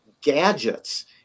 gadgets